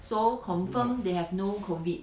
so confirm they have no COVID